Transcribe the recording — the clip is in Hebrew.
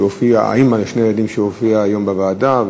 שאמם הופיעה היום בוועדה,